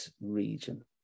region